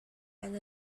and